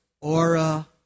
aura